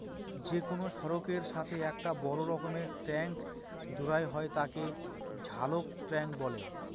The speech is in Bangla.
যে কোনো সড়কের সাথে একটা বড় রকমের ট্যাংক জোড়া হয় তাকে বালক ট্যাঁক বলে